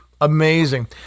Amazing